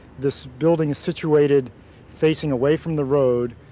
this building is situated facing away from the road,